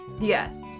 yes